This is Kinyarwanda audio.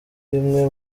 rimwe